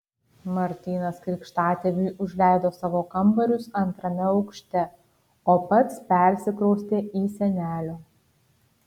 martynas krikštatėviui užleido savo kambarius antrame aukšte o pats persikraustė į senelio